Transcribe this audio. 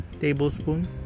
tablespoon